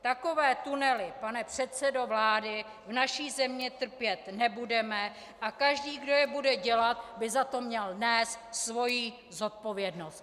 Takové tunely, pane předsedo vlády, v naší zemi trpět nebudeme a každý, kdo je bude dělat, by za to měl nést svoji zodpovědnost.